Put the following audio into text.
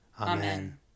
Amen